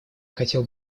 хотел